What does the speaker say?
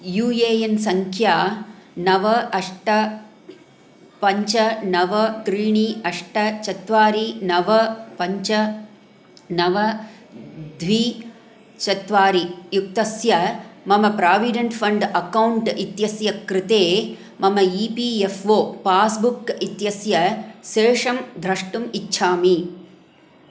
you A N सङ्ख्या नव अष्ट पञ्च नव त्रीणि अष्ट चत्वारि नव पञ्च नव द्वि चत्वारि युक्तस्य मम प्राविडण्ट् फ़ण्ड् अकौण्ट् इत्यस्य कृते मम E P F O passbook इत्यस्य शेषं द्रष्टुम् इच्छामि